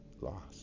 lost